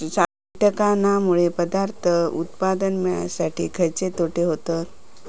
कीटकांनमुळे पदार्थ उत्पादन मिळासाठी खयचे तोटे होतत?